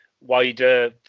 wider